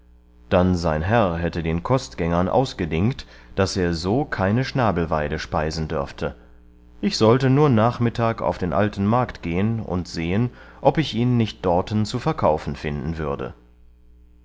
dann sein herr hätte den kostgängern ausgedingt daß er so keine schnabelweide speisen dörfte ich sollte nur nachmittag auf den alten markt gehen und sehen ob ich ihn nicht dorten zu verkaufen finden würde